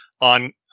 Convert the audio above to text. on